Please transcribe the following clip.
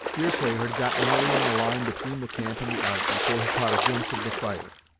deerslayer had got nearly in a line between the camp and the ark before he caught a glimpse of the fire.